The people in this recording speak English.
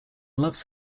loves